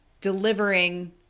delivering